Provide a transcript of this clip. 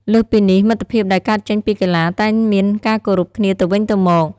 លើសពីនេះ មិត្តភាពដែលកើតចេញពីកីឡាតែងមានការគោរពគ្នាទៅវិញទៅមក។